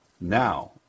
now